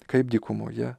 kaip dykumoje